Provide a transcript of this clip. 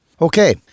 Okay